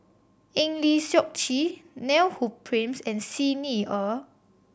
Eng Lee Seok Chee Neil Humphreys and Xi Ni Er